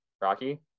Rocky